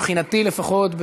מבחינתי לפחות,